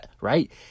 right